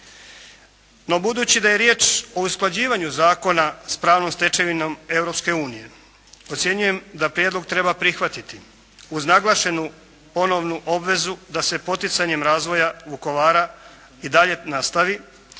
No budući da je riječ o usklađivanju zakona s pravnom stečevinom Europske unije, ocjenjujem da prijedlog treba prihvatiti uz naglašenu ponovnu obvezu da se poticanjem razvoja Vukovara i dalje nastavi,